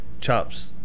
chops